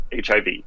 HIV